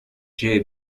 jay